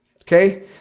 Okay